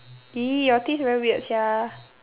!ee! your taste very weird sia